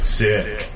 sick